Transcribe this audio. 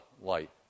light